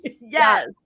yes